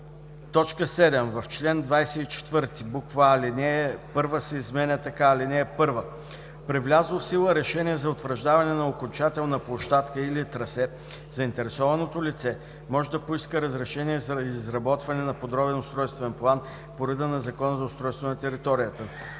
дюни.“ 7. В чл. 24: а) алинея 1 се изменя така: „(1) При влязло в сила решение за утвърждаване на окончателна площадка и/или трасе заинтересованото лице може да поиска разрешение за изработване на подробен устройствен план по реда на Закона за устройство на територията.“;